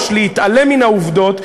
להתעלם מן העובדות.